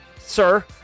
sir